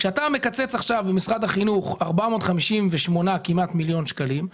כשאתה מקצץ עכשיו במשרד החינוך כמעט 458 מיליון שקלים,